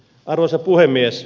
arvoisa puhemies